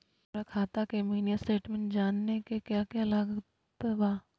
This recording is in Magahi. हमरा खाता के मिनी स्टेटमेंट जानने के क्या क्या लागत बा?